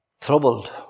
Troubled